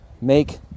Make